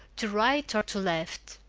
to right or to left.